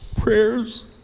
Prayers